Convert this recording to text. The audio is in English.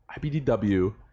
IBDW